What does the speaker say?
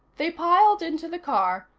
they piled into the car,